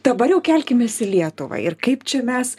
dabar jau kelkimės į lietuvą ir kaip čia mes